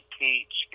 teach